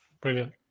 Brilliant